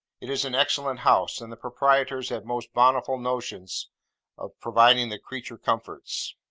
it is an excellent house, and the proprietors have most bountiful notions of providing the creature comforts.